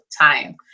time